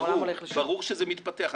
ברור שזה מתפתח.